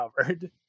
covered